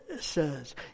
says